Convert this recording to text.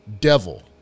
Devil